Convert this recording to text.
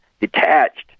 detached